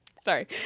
Sorry